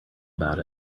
about